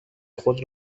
خود